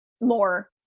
more